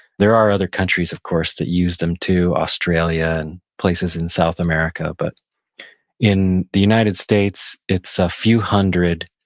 there are other countries, of course, that used them too, australia and places in south america, but in the united states it's a few hundred,